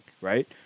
right